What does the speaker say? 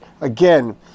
again